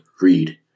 read